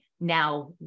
now